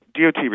DOT